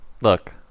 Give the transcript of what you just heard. Look